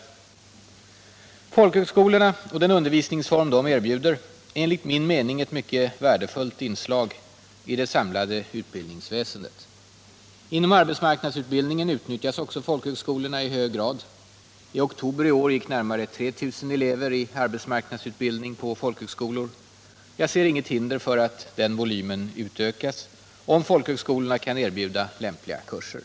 Fredagen den Folkhögskolorna och den undervisningsform de erbjuder är enligt min 2 december 1977 mening ett mycket värdefullt inslag i det samlade utbildningsväsendet. = Inom arbetsmarknadsutbildningen utnyttjas också folkhögskolorna i hög — Om statsbidrag till grad. I oktober i år gick närmare 3 000 elever i arbetsmarknadsutbildning = viss yrkesinriktad på folkhögskolor. Jag ser inget hinder för att denna volym utökas om = utbildning inom folkhögskolorna kan erbjuda lämpliga kurser.